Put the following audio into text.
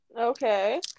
Okay